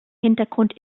hintergrund